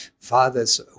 fathers